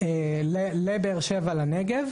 לבאר שבע לנגב.